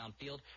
downfield